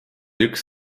üks